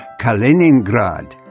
Kaliningrad